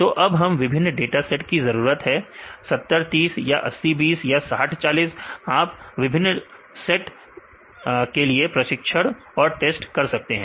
तो अब हमें विभिन्न डाटा सेट्स की जरूरत है 70 30 या 80 20 या 60 40 आप विभिन्न सेट किए प्रशिक्षण और टेस्ट कर सकते हैं